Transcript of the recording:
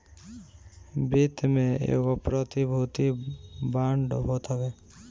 वित्त में एगो प्रतिभूति बांड होत हवे